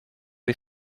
des